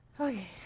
okay